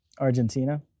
argentina